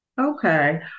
Okay